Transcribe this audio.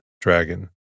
dragon